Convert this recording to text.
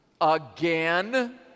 again